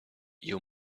you